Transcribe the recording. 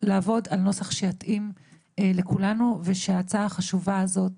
לעבוד על נוסח שיתאים לכולנו ושההצעה החשובה הזאת